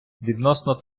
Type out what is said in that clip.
відносно